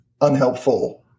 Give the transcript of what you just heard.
unhelpful